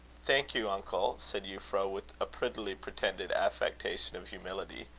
thank you, uncle, said euphra, with a prettily pretended affectation of humility.